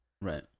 right